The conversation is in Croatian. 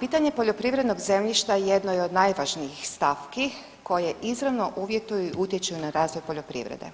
pitanje poljoprivrednog zemljišta jedno je od najvažnijih stavki koje izravno uvjetuju i utječu na razvoj poljoprivrede.